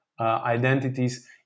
identities